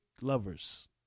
lovers